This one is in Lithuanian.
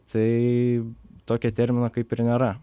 tai tokio termino kaip ir nėra